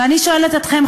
ואני שואלת אתכם,